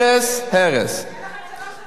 הרס, הרס, הרס.